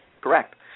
Correct